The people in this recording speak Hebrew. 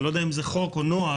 לא יודע אם זה חוק או נוהג.